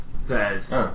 says